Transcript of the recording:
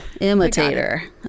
Imitator